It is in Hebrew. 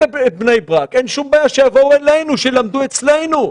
את בני ברק ואין שום בעיה שיבואו אליהם וילמדו אצלם.